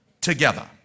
together